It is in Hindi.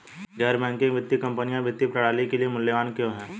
गैर बैंकिंग वित्तीय कंपनियाँ वित्तीय प्रणाली के लिए मूल्यवान क्यों हैं?